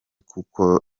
kuko